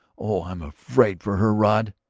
oh, i'm afraid for her, rod!